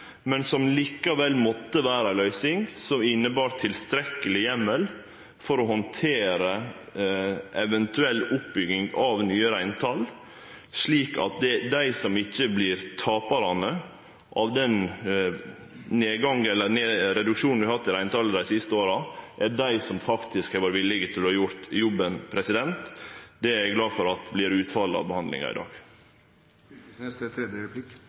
men som likevel måtte vere ei løysing som innebar ein tilstrekkeleg heimel for å handtere ei eventuell oppbygging av nye reintal, slik at dei som faktisk har vore villige til å gjere jobben, ikkje vert taparane ved den reduksjonen vi har hatt i reintalet dei siste åra. Det er eg glad for vert utfallet av behandlinga i